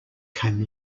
came